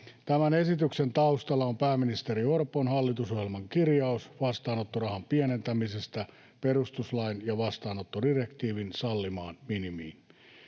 Tämän esityksen taustalla on pääministeri Orpon hallitusohjelman kirjaus vastaanottorahan pienentämisestä perustuslain ja vastaanottodirektiivin sallimaan minimiin.